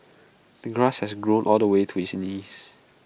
the grass had grown all the way to his knees